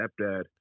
stepdad